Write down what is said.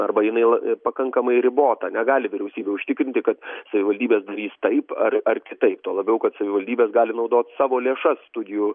arba jinai pakankamai ribota negali vyriausybė užtikrinti kad savivaldybės darys taip ar ar kitaip tuo labiau kad savivaldybės gali naudot savo lėšas studijų